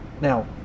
Now